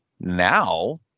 now